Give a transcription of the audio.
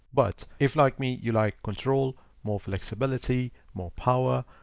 but if like me you like control, more flexibility, more power.